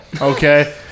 okay